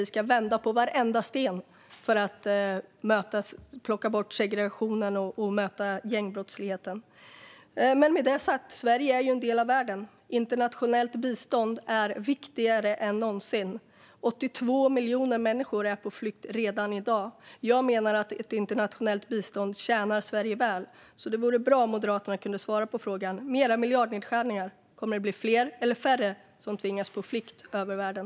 Vi ska vända på varenda sten för att plocka bort segregationen och möta gängbrottsligheten. Sverige är en del av världen. Internationellt bistånd är viktigare än någonsin. Redan i dag är 82 miljoner människor på flykt. Jag menar att ett internationellt bistånd tjänar Sverige väl. Det vore bra om Moderaterna kunde svara på frågan. Kommer det med era miljardnedskärningar att bli fler eller färre som tvingas på flykt över världen?